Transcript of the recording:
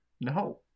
No